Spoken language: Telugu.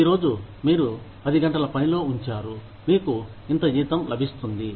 ఈరోజు మీరు 10 గంటల పనిలో ఉంచారు మీకు ఇంత జీతం లభిస్తుంది